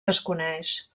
desconeix